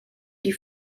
die